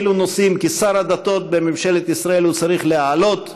אילו נושאים כשר הדתות בממשלת ישראל הוא צריך להעלות.